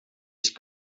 ich